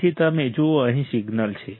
તેથી તમે જુઓ અહીં સિગ્નલ છે